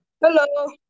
Hello